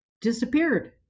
disappeared